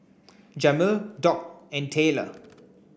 Jamil Doc and Tayler